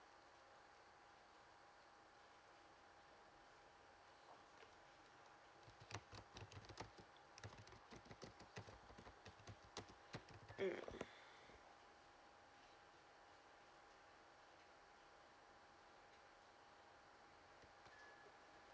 mm